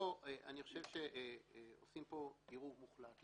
אני חושב שעושים פה עירוב מוחלט.